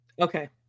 Okay